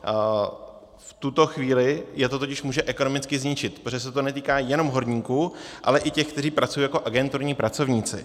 V tuto chvíli je to totiž může ekonomicky zničit, protože se to netýká jenom horníků, ale i těch, kteří pracují jako agenturní pracovníci.